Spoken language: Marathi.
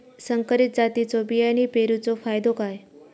संकरित जातींच्यो बियाणी पेरूचो फायदो काय?